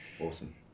Awesome